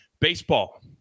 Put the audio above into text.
baseball